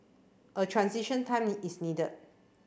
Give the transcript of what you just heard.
a transition time is needed